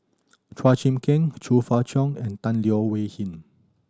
Chua Chim King Chong Fah Cheong and Tan Leo Wee Hin